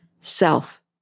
self